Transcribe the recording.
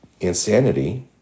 Insanity